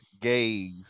gays